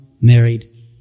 married